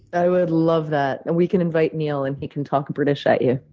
i would love that. and we can invite neil, and he can talk british at you. oh,